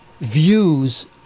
views